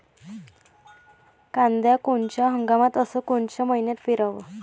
कांद्या कोनच्या हंगामात अस कोनच्या मईन्यात पेरावं?